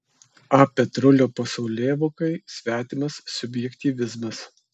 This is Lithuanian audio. a petrulio pasaulėvokai svetimas subjektyvizmas